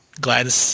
Glad